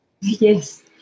Yes